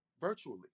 virtually